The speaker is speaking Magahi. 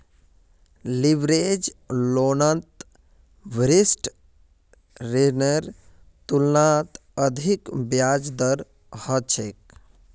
लीवरेज लोनत विशिष्ट ऋनेर तुलनात अधिक ब्याज दर ह छेक